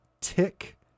tick